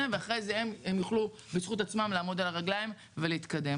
ואחרי זה הם יוכלו בזכות עצמם לעמוד על הרגליים ולהתקדם.